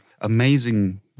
amazing